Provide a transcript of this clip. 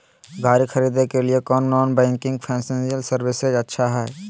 गाड़ी खरीदे के लिए कौन नॉन बैंकिंग फाइनेंशियल सर्विसेज अच्छा है?